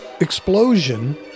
explosion